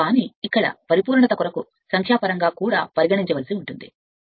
కానీ ఇక్కడ పరిపూర్ణత కొరకు సంఖ్యాపరంగా కూడా పరిగణించవలసి ఉంటుంది